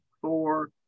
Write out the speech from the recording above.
four